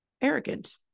arrogant